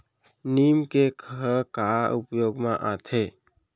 नीम cake ह का उपयोग मा आथे?